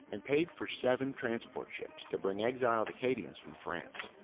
and paid for seven transport ships to bring exiled acadians from france.